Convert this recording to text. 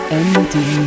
empty